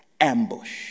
ambush